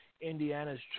Indiana's